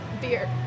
beer